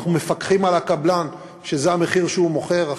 אנחנו מפקחים על הקבלן שזה המחיר שהוא מוכר בו,